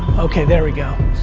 okay, there we go.